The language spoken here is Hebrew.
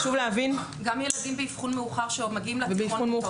גם ילדים באבחון מאוחר שמגיעים איתו לתיכון.